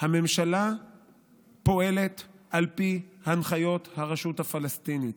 הממשלה פועלת על פי הנחיות הרשות הפלסטינית,